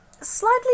slightly